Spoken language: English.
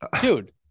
Dude